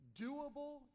doable